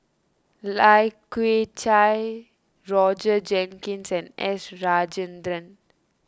Lai Kew Chai Roger Jenkins and S Rajendran